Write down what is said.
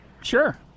Sure